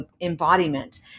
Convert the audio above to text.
embodiment